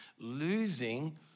Losing